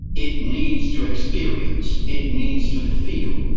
it needs to experience, it needs to feel,